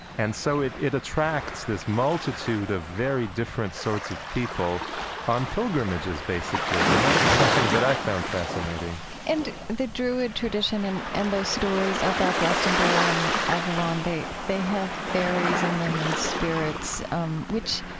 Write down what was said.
and so it it attracts this multitude of very different sorts of people on pilgrimages basically, and that is something that i found fascinating and the druid tradition and and those stories about glastonbury and avalon, they they have fairies in them and spirits um which,